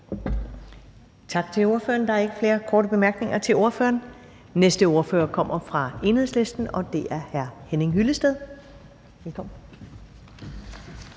Tak til SF's ordfører. Der er ikke flere korte bemærkninger til ordføreren. Næste ordfører kommer fra Enhedslisten, og det er hr. Jakob Sølvhøj. Velkommen.